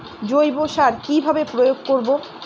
জৈব সার কি ভাবে প্রয়োগ করব?